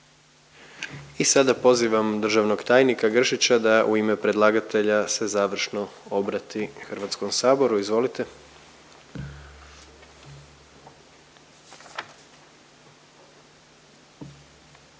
I sada pozivam državnog tajnika Gršića da u ime predlagatelja se završno obrati Hrvatskom saboru. Izvolite.